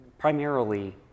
Primarily